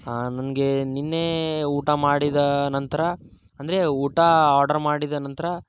ಹಾಂ ನನಗೆ ನಿನ್ನೆ ಊಟ ಮಾಡಿದ ನಂತರ ಅಂದರೆ ಊಟ ಆರ್ಡರ್ ಮಾಡಿದ ನಂತರ